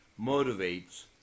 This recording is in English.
motivates